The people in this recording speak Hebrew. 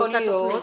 יכול להיות.